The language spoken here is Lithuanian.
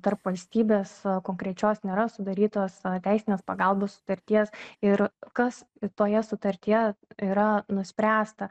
tarp valstybės konkrečios nėra sudarytos teisinės pagalbos sutarties ir kas toje sutartyje yra nuspręsta